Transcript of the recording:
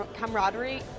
camaraderie